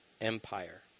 Empire